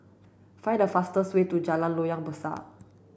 find the fastest way to Jalan Loyang Besar